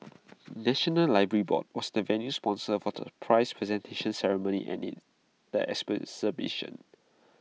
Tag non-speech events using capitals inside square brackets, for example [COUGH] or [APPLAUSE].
National Library board was the venue sponsor for the prize presentation ceremony and IT the [UNINTELLIGIBLE]